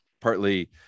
partly